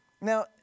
Now